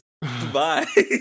Bye